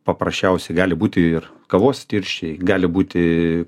paprasčiausiai gali būti ir kavos tirščiai gali būti